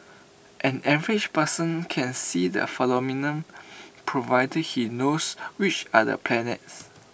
an average person can see the phenomenon provided he knows which are the planets